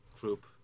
group